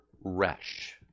Resh